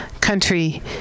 Country